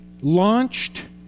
launched